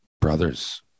brothers